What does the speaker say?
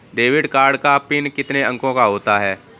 Debit card का pin कितने अंकों का होता है?